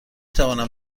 توانم